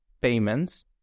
payments